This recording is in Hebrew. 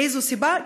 מאיזו סיבה?